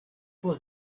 was